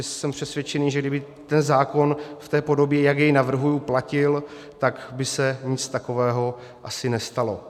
Jsem přesvědčený, že kdyby ten zákon v té podobě, jak jej navrhuji, platil, tak by se nic takového asi nestalo.